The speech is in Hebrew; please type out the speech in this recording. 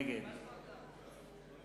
נגד